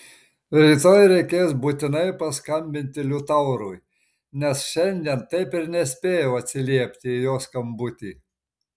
rytoj reikės būtinai paskambinti liutaurui nes šiandien taip ir nespėjau atsiliepti į jo skambutį